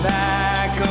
back